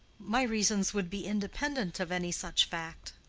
my reasons would be independent of any such fact.